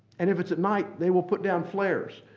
and if it's at night, they will put down flares,